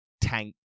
tank